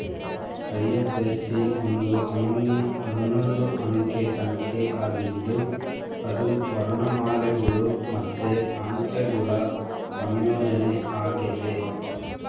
IFSC ಒಂದು ಅನನ್ಯ ಹನ್ನೊಂದು ಅಂಕೆ ಸಂಖ್ಯೆ ಆಗಿದ್ದು ಅದು ವರ್ಣಮಾಲೆಗುಳು ಮತ್ತೆ ಅಂಕೆಗುಳ ಸಂಯೋಜನೆ ಆಗೆತೆ